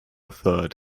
third